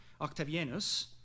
Octavianus